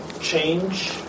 change